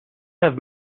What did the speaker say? have